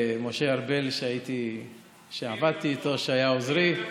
ומשה ארבל, שעבדתי איתו, שהיה עוזרי,